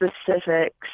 specifics